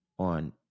on